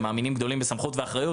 שהם מאמינים גדולים בסמכות ואחריות